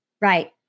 Right